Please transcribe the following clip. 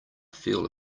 feel